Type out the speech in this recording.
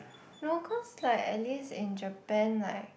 no cause like at least in Japan like